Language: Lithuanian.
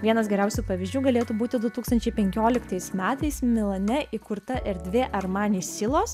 vienas geriausių pavyzdžių galėtų būti du tūkstančiai penkioliktais metais milane įkurta erdvė armani silos